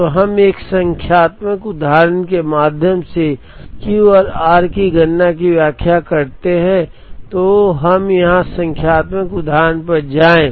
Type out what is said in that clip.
तो हम एक संख्यात्मक उदाहरण के माध्यम से Q औरr की गणना की व्याख्या करते हैं तो हम यहां संख्यात्मक उदाहरण पर जाएं